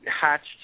hatched